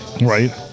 Right